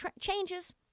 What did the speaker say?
changes